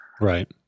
Right